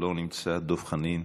לא נמצא, דב חנין,